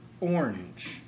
orange